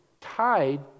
tied